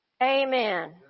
Amen